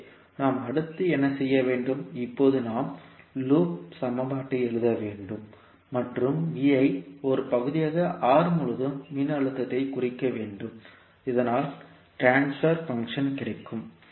எனவே நாம் அடுத்து என்ன செய்ய வேண்டும் இப்போது நாம் லூப் சமன்பாட்டை எழுத வேண்டும் மற்றும் Vi ஒரு பகுதியாக R முழுவதும் மின்னழுத்தத்தைக் குறிக்க வேண்டும் இதனால் டிரன்ஸ்ஃபர் பங்க்ஷன் கிடைக்கும்